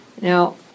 Now